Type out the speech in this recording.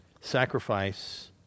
sacrifice